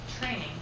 training